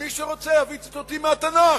ומי שרוצה יביא ציטוטים מהתנ"ך.